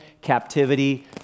Captivity